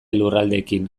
lurraldeekin